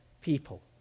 people